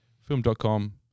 film.com